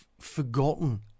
forgotten